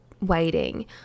waiting